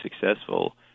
successful